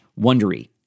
wondery